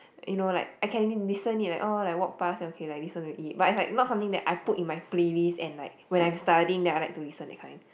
you know like I can listen it oh like walk pass then okay like listen to it but is like not something that I put in my playlist and like when I am studying I like to listen that kind